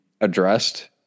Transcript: addressed